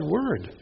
Word